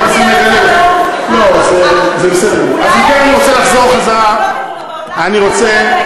במסגרת היושרה אני רוצה להזכיר שמה שחבר כנסת עושה,